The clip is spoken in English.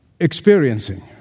experiencing